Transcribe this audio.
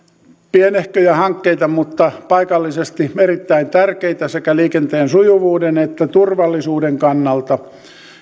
pienehköjä hankkeita mutta paikallisesti erittäin tärkeitä sekä liikenteen sujuvuuden että turvallisuuden kannalta